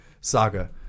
Saga